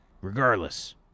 Regardless